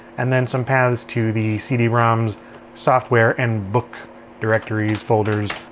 and then some paths to the cd-rom's software and book directories folders.